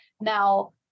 Now